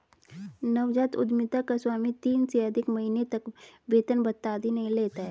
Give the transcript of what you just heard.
नवजात उधमिता का स्वामी तीन से अधिक महीने तक वेतन भत्ता आदि नहीं लेता है